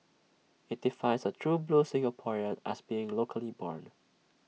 IT defines A true blue Singaporean as being locally born